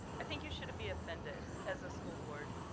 i think you should be offended as a school board.